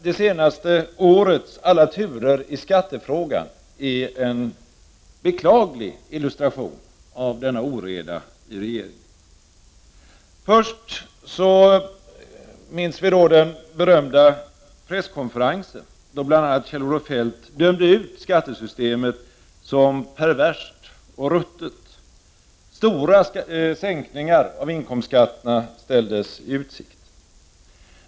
Det senaste årets alla turer i skattefrågan är en beklaglig illustration av denna oreda i regeringen. Vi minns den berömda presskonferensen då bl.a. Kjell-Olof Feldt dömde ut skattesystemet som perverst och ruttet. Man ställde i utsikt stora sänkningar av inkomstskatterna.